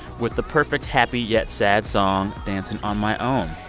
with the perfect happy-yet-sad song, dancing on my own.